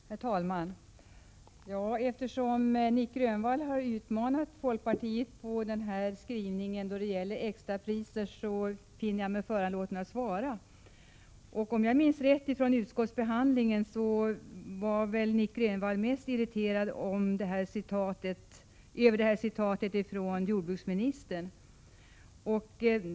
Herr talman! Eftersom Nic Grönvall har utmanat folkpartiet då det gäller skrivningen om extrapriser finner jag mig föranlåten att svara. Om jag minns rätt från utskottsbehandlingen var väl Nic Grönvall mest irriterad över det här citatet av jordbruksministerns uttalande.